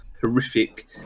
horrific